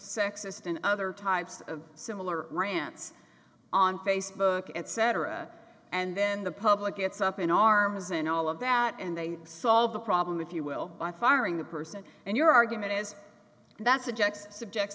sexist and other types of similar rants on facebook etc and then the public gets up in arms and all of that and they solve the problem if you will by firing the person and your argument is that subjects subjects